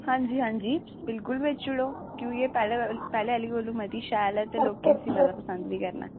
आं जी आं जी बिलकुल बेची लैओ ठीक ऐ ते पैह्लें आह्ले कोला मती शैल ऐ ते लोकें शैल पसंद बी करना